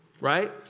right